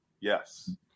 yes